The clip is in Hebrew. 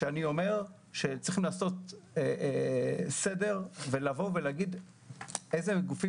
צריך לעשות סדר ולהגיד אילו גופים